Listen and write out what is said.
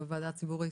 בוועדה הציבורית.